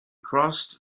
crossed